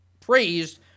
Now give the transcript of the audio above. praised